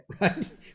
right